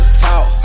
talk